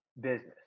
business